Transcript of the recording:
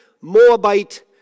Moabite